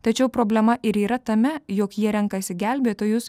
tačiau problema ir yra tame jog jie renkasi gelbėtojus